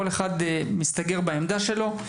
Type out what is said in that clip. כל אחד מסתגר בעמדה שלו.